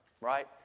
right